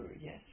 yes